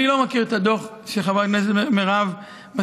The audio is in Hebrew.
אני לא מכיר את הדוח שחברת הכנסת מרב מזכירה.